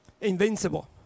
Invincible